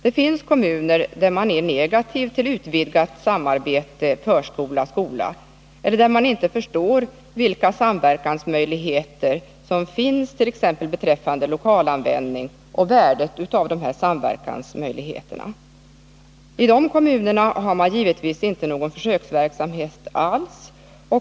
Det finns kommuner där man är negativ till utvidgat samarbete mellan förskola och skola eller där man inte förstår vilka samverkansmöjligheter som finns, t.ex. beträffande lokalanvändning, och värdet av olika samverkansmöjligheter. I de kommunerna har man givetvis inte någon försöksverksamhet alls.